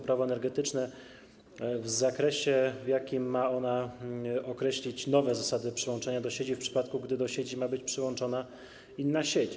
Prawo energetyczne w zakresie, w jakim ma ona określić nowe zasady przyłączania do sieci, w przypadku gdy do sieci ma być przyłączona inna sieć.